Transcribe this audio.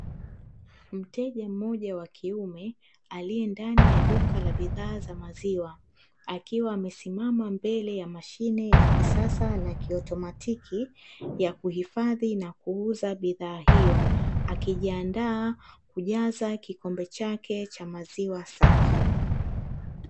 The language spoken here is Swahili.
Mteja mmoja wa kiume, aliye ndani ya duka la bidhaa za maziwa, akiwa amesimama mbele ya mashine ya kisasa na kiautomatiki, ya kuhifadhi na kuuza bidhaa hio, akijiandaa kujaza kikombe chake, cha maziwa safi.